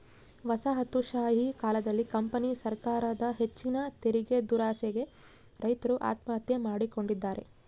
ವಸಾಹತುಶಾಹಿ ಕಾಲದಲ್ಲಿ ಕಂಪನಿ ಸರಕಾರದ ಹೆಚ್ಚಿನ ತೆರಿಗೆದುರಾಸೆಗೆ ರೈತರು ಆತ್ಮಹತ್ಯೆ ಮಾಡಿಕೊಂಡಿದ್ದಾರೆ